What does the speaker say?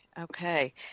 Okay